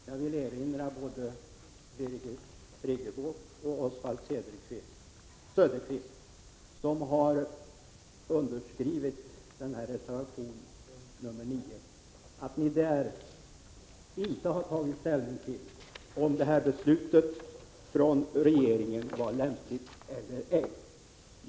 Herr talman! Jag vill erinra både Birgit Friggebo och Oswald Söderqvist, vilka står bakom reservation 9, om att ni där inte tagit ställning till om regeringens beslut var lämpligt eller ej.